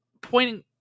pointing